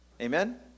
amen